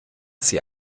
sie